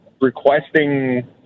requesting